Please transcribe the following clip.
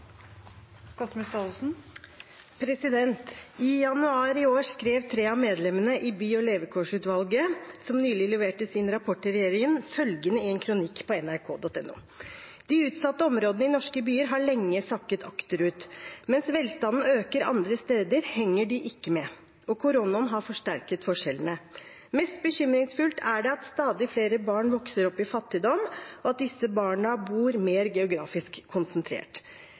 I januar i år skrev tre av medlemmene i by- og levekårsutvalget, som nylig leverte sin rapport til regjeringen, følgende i en kronikk på nrk.no: «De utsatte områdene i norske byer har lenge sakket akterut. Mens velstanden øker andre steder, henger de ikke med. Og koronaen har forsterket forskjellene.» Og videre: «Mest bekymringsfullt er det at stadig flere barn vokser opp i fattigdom, og at disse barna bor mer geografisk konsentrert.»